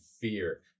fear